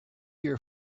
your